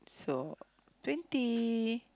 so twenty